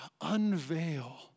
unveil